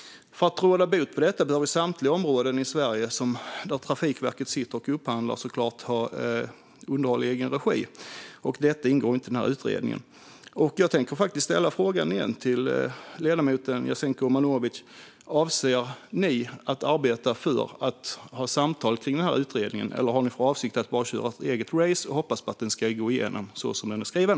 För att råda bot på detta behöver samtliga områden i Sverige där Trafikverket sitter och upphandlar såklart ha underhåll i egen regi. Och detta ingår inte i denna utredning. Jag tänker faktiskt ställa frågan igen till ledamoten Jasenko Omanovic: Avser ni att arbeta för att ha samtal kring denna utredning, eller har ni för avsikt att bara köra ert eget race och hoppas på att den ska gå igenom så som den är skriven?